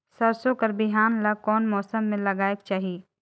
सरसो कर बिहान ला कोन मौसम मे लगायेक चाही?